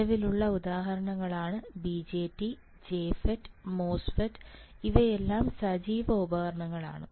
നിലവിലുള്ള ഉദാഹരണങ്ങളാണ് BJT JFET MOSFET ഇവയെല്ലാം സജീവ ഉപകരണങ്ങളാണ്